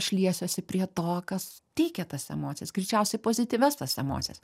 šliesiuosi prie to kas teikia tas emocijas greičiausiai pozityvias tas emocijas